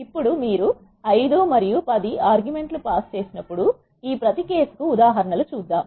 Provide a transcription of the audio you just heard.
ఇప్పుడు మీరు 5 మరియు పది ఆర్గుమెంట్ లు పాస్ చేసినప్పుడు ఈ ప్రతి కేసు కు ఉదాహరణ లు చూద్దాం